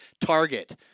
target